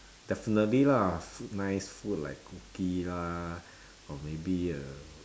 definitely lah food nice food like cookie lah or maybe uh